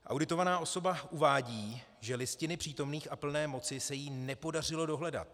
Auditovaná osoba uvádí, že listiny přítomných a plné moci se jí nepodařilo dohledat.